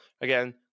Again